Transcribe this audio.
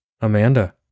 Amanda